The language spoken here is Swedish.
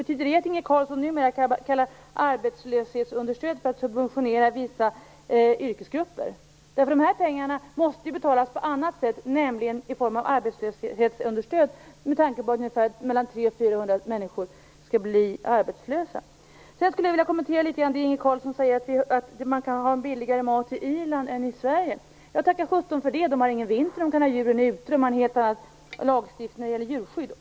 Betyder det att Inge Carlsson numera kallar arbetslöshetsunderstöd för subventionering av vissa yrkesgrupper? De här pengarna måste ju betalas på annat sätt, nämligen i form av arbetslöshetsunderstöd med tanke på att 300 400 kommer att bli arbetslösa. Sedan vill jag kommentera det som Inge Carlsson säger om att man har billigare mat i Irland än i Sverige. Tacka sjutton för det! I Irland är det ingen vinter och djuren kan gå ute. Man har en helt annan lagstiftning om djurskydd.